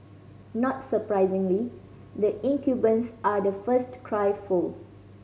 not surprisingly the incumbents are the first to cry foul